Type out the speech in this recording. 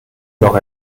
noch